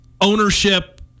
ownership